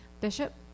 Bishop